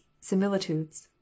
similitudes